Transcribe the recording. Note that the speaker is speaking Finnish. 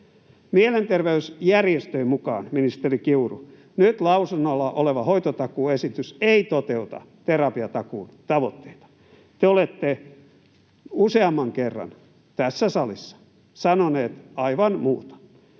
Mielenterveysjärjestöjen mukaan, ministeri Kiuru, nyt lausunnolla oleva hoitotakuuesitys ei toteuta terapiatakuun tavoitteita. Te olette useamman kerran tässä salissa sanonut aivan muuta.